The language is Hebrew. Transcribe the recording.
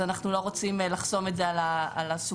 אנחנו לא רוצים לחסום את זה על הסוגייה